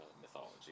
mythology